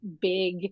big